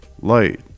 light